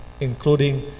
including